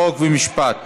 חוק ומשפט